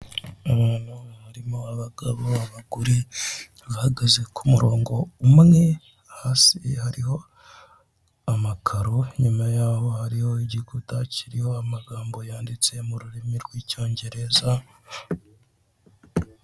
Abantu barimo abagabo, abagore, bahagaze ku murongo umwe hasi hariho amakaro, inyuma yaho hariho igikuta kiriho amagambo yanditse mu rurimi rw'Icyongereza,